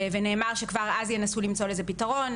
ונאמר כבר אז שינסו למצוא לזה פתרון,